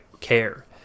care